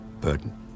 Burden